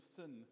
sin